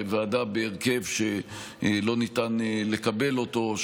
בוועדה בהרכב שלא ניתן לקבל אותו,